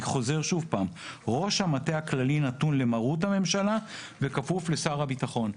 אני חוזר שוב: "ראש המטה הכללי נתון למרות הממשלה וכפוף לשר הביטחון".